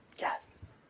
Yes